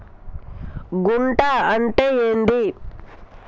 గుంట అంటే ఏంది?